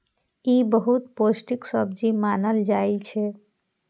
ई बहुत पौष्टिक सब्जी मानल जाइ छै